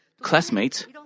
classmates